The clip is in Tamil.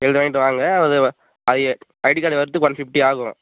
எழுதி வாங்கிவிட்டு அது அது ஐடி கார்டு வர்றதுக்கு ஒன் பிஃப்டி ஆகும்